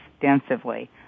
extensively